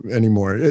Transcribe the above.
anymore